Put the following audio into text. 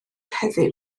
heddiw